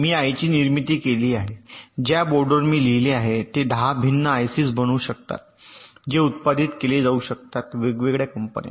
मी आईची निर्मिती केली आहे ज्या बोर्डवर मी लिहिले आहे ते 10 भिन्न आयसीज बनवू शकतात जे उत्पादित केले जाऊ शकतात वेगवेगळ्या कंपन्या